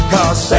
Cause